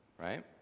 right